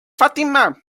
fatima